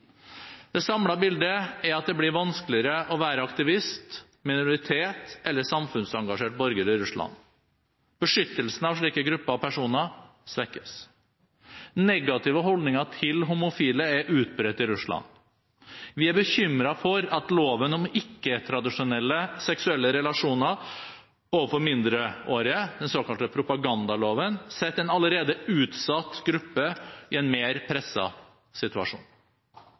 Det samlede bildet er at det blir vanskeligere å være aktivist, minoritet eller samfunnsengasjert borger i Russland. Beskyttelsen av slike grupper og personer svekkes. Negative holdninger til homofile er utbredt i Russland. Vi er bekymret for at lovforbudet mot propaganda for ikke-tradisjonelle seksuelle relasjoner overfor mindreårige, den såkalte propagandaloven, setter en allerede utsatt gruppe i en mer presset situasjon.